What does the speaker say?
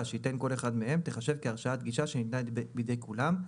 שייתן כל אחד מהם תיחשב כהרשאת גישה שניתנה בידי כולם,